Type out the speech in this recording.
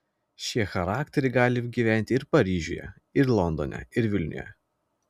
šie charakteriai gali gyventi ir paryžiuje ir londone ir vilniuje